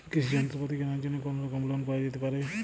কৃষিযন্ত্রপাতি কেনার জন্য কোনোরকম লোন পাওয়া যেতে পারে?